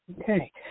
Okay